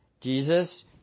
Jesus